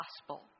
gospel